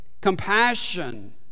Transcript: Compassion